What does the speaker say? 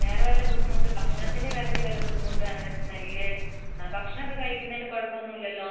വേറെ വല്ല ബുദ്ധിമുട്ടും ഭക്ഷണത്തിന്റെ കാര്യത്തിൽ വല്ല ബുദ്ധിമുട്ടും അങ്ങനെ സ്മെല്ല് ഭക്ഷണമൊക്കെ കഴിക്കുന്നതിന് കുഴപ്പമൊന്നുമില്ലല്ലോ